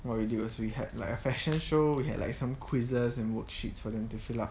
what we did was we had like a fashion show we had like some quizzes and worksheets for them to fill up